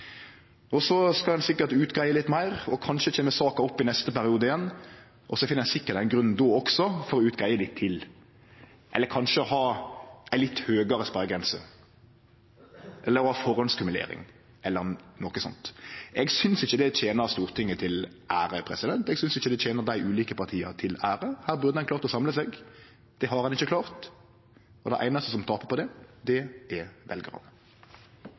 skal sikkert utgreie litt meir, og kanskje kjem saka opp igjen i neste periode, og så finn ein sikkert ein grunn då òg for å utgreie litt til – eller kanskje ha ei litt høgare sperregrense, eller ha førehandskumulering, eller noko sånt. Eg synest ikkje det tener Stortinget til ære, eg synest ikkje det tener dei ulike partia til ære. Her burde ein ha klart å samle seg. Det har ein ikkje klart, og dei einaste som tapar på det, er veljarane.